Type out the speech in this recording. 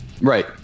Right